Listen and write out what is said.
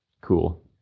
cool